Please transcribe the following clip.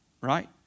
right